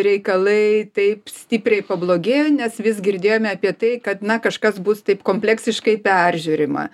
reikalai taip stipriai pablogėjo nes vis girdėjome apie tai kad na kažkas bus taip kompleksiškai peržiūrima